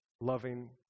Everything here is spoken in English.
loving